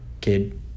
kid